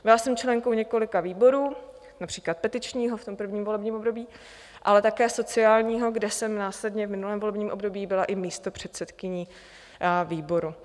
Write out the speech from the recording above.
Byla jsem členkou několika výborů, například petičního v prvním volebním období, ale také sociálního, kde jsem následně v minulém volebním období byla i místopředsedkyní výboru.